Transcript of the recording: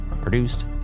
Produced